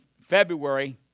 February